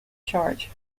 charge